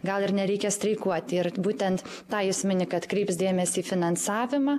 gal ir nereikia streikuot ir būtent tą jis mini kad kreips dėmesį į finansavimą